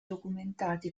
documentati